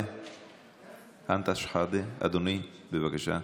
אם אנחנו נשכיל לעשות את הדבר הזה ולצעוד ביחד,